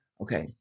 Okay